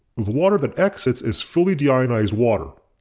the water that exits is fully deionized water.